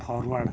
forward